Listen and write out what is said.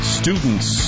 students